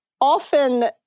Often